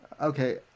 okay